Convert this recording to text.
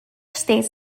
states